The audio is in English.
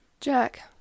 Jack